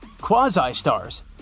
Quasi-stars